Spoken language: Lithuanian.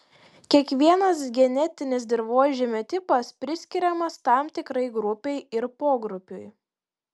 kiekvienas genetinis dirvožemio tipas priskiriamas tam tikrai grupei ir pogrupiui